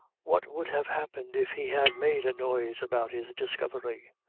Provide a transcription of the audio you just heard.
what would have happened if he had made a noise about his discovery?